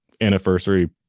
anniversary